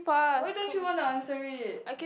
why don't you wanna answer it